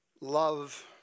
love